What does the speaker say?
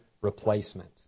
replacement